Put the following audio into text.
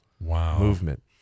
movement